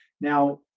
Now